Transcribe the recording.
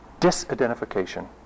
disidentification